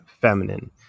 feminine